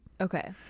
Okay